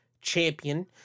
champion